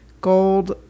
gold